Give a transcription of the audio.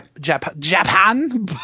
Japan